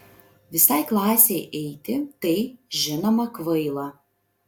visai klasei eiti tai žinoma kvaila